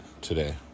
today